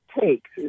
takes